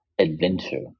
adventure